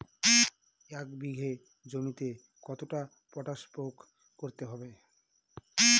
এক বিঘে জমিতে কতটা পটাশ প্রয়োগ করতে হবে?